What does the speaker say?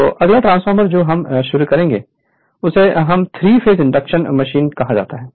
तो अगला ट्रांसफार्मर जो हम शुरू करेंगे उससे हम थ्री फेज इंडक्शन मशीन कहा जाता है